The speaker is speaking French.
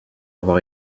avoir